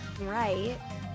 right